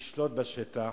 ישלוט בשטח.